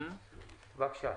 בבקשה.